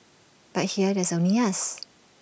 but here there's only us